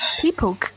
people